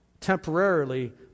temporarily